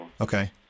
Okay